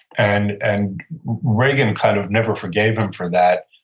and and reagan kind of never forgave him for that.